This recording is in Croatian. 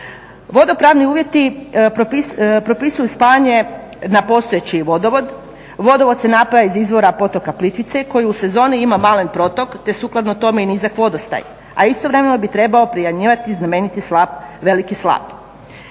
Vodopravni uvjeti propisuju spajanje na postojeći vodovod. Vodovod se napaja iz izvora potoka Plitvice koji u sezoni ima malen protok te sukladno tome i nizak vodostaj, a istovremeno bi trebao … znameniti slap Veliki slap.